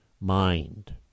mind